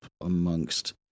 amongst